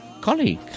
colleague